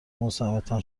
مزاحمتان